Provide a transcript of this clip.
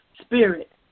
spirit